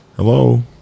Hello